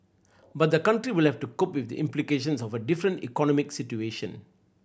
but the country will have to cope with the implications of a different economic situation